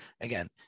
again